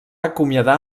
acomiadar